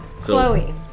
Chloe